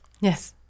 Yes